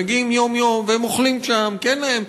והם מגיעים יום-יום והם אוכלים שם כי אין להם,